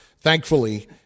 thankfully